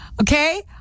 Okay